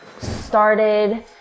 started